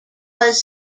was